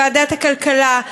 ועדת הכלכלה,